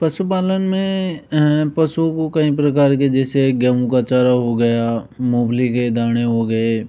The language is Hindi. पशुपालन में पशु को कई प्रकार के जैसे गेहूं का चारा हो गया मूँगफली के दाने हो गए